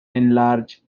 enlarge